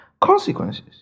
consequences